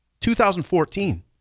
2014